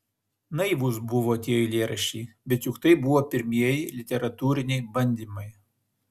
naivūs buvo tie eilėraščiai bet juk tai buvo pirmieji literatūriniai bandymai